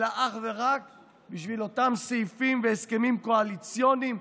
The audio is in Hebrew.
אלא אך ורק בשביל אותם סעיפים והסכמים קואליציוניים,